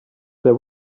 there